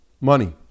money